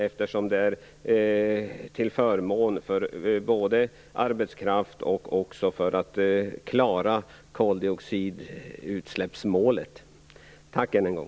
Det vore en fördel med tanke på arbetskraftssituationen och strävan att klara koldioxidutsläppsmålet. Tack än en gång!